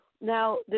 now